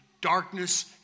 darkness